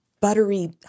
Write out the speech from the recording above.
buttery